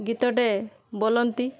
ଗୀତଟେ ବୋଲନ୍ତି